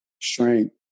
strength